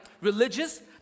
religious